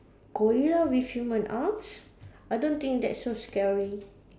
gorilla with human arms I don't think that's so scary